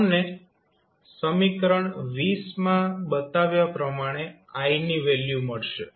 તમને સમીકરણ માં બતાવ્યા પ્રમાણે i ની વેલ્યુ મળશે